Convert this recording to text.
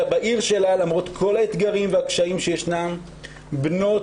בעיר שלה, למרות כל האתגרים והקשיים שיש, תלמידות